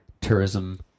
Tourism